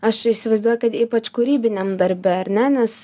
aš įsivaizduoju kad ypač kūrybiniam darbe ar ne nes